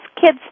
kids